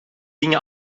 dinge